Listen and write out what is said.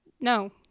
no